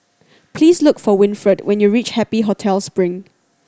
please look for Winfred when you reach Happy Hotel Spring